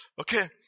Okay